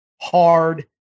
hard